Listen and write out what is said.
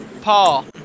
Paul